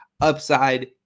Upside